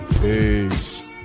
Peace